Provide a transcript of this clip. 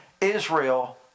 Israel